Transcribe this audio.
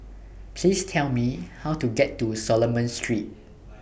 Please Tell Me How to get to Solomon Street